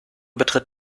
betritt